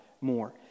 more